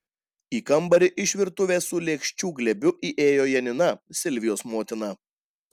į kambarį iš virtuvės su lėkščių glėbiu įėjo janina silvijos motina